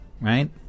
right